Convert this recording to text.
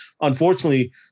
unfortunately